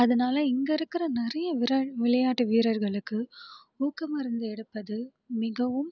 அதனால் இங்கே இருக்கிற நிறைய விர விளையாட்டு வீரர்களுக்கு ஊக்க மருந்து எடுப்பது மிகவும்